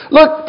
Look